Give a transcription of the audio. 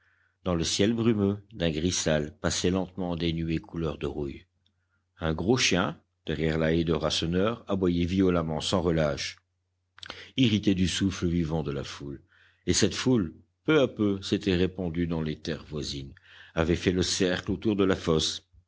dans le ciel brumeux d'un gris sale passaient lentement des nuées couleur de rouille un gros chien derrière la haie de rasseneur aboyait violemment sans relâche irrité du souffle vivant de la foule et cette foule peu à peu s'était répandue dans les terres voisines avait fait le cercle autour de la fosse